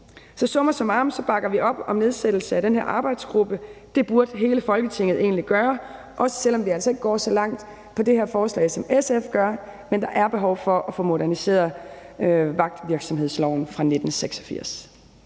Så summa summarum bakker vi op om nedsættelse af den her arbejdsgruppe. Det burde hele Folketinget egentlig gøre, også selv om vi altså ikke går så langt i det her forslag, som SF gør. Men der er behov for at få moderniseret vagtvirksomhedsloven fra 1986.